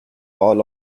all